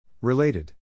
Related